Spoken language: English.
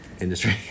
industry